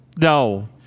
No